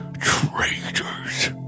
traitors